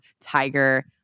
Tiger